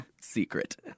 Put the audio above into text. secret